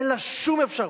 אין לה שום אפשרות.